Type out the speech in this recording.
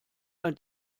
ein